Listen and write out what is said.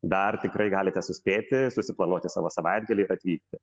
dar tikrai galite suspėti susiplanuoti savo savaitgalį atvykti